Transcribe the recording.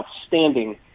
outstanding